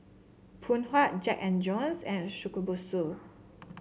Phoon Huat Jack And Jones and Shokubutsu